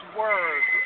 words